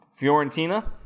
Fiorentina